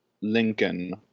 Lincoln